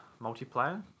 multiplayer